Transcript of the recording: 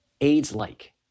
AIDS-like